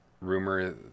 rumor